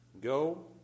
Go